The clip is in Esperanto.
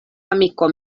amiko